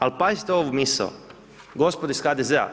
Ali pazite ovu misao, gospodo iz HDZ-a.